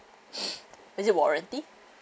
is it warranty